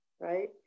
right